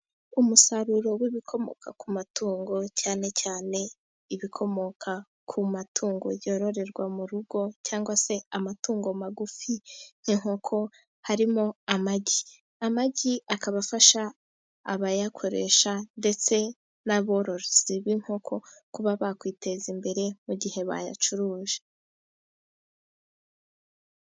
Umusaruro w'ibikomoka ku matungo cyane cyane ibikomoka ku matungo yororerwa mu rugo cyangwa se amatungo magufi nk'inkoko, harimo amagi. Amagi akaba afasha abayakoresha ndetse n'aborozi b'inkoko kuba bakwiteza imbere mu gihe bayacuruje.